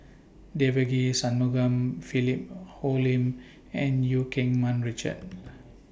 Devagi Sanmugam Philip Hoalim and EU Keng Mun Richard